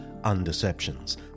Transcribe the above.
Undeceptions